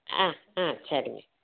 ஆ ஆ சரிங்க